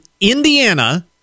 Indiana